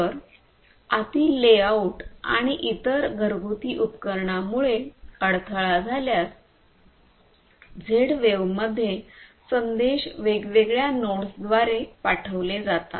तर आतील लेआउट आणि इतर घरगुती उपकरणांमुळे अडथळा झाल्यास झेड वेव्हमध्ये संदेश वेगवेगळ्या नोड्सद्वारे पाठविले जातात